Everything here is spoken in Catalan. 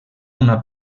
una